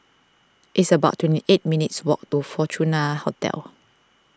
it's about twenty eight minutes' walk to Fortuna Hotel